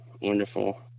wonderful